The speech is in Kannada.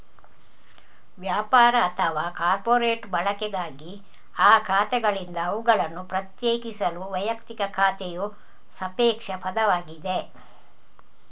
ವ್ಯಾಪಾರ ಅಥವಾ ಕಾರ್ಪೊರೇಟ್ ಬಳಕೆಗಾಗಿ ಆ ಖಾತೆಗಳಿಂದ ಅವುಗಳನ್ನು ಪ್ರತ್ಯೇಕಿಸಲು ವೈಯಕ್ತಿಕ ಖಾತೆಯು ಸಾಪೇಕ್ಷ ಪದವಾಗಿದೆ